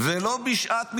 לא בשעת מלחמה.